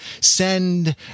send